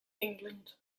england